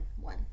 One